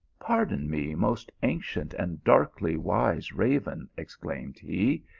pardon me, most ancient and darkly wise raven, exclaimed he,